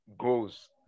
goals